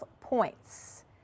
points